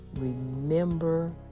Remember